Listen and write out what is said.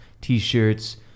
t-shirts